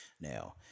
Now